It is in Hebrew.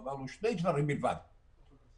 ואמרנו שני דברים בלבד: א',